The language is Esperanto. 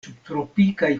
subtropikaj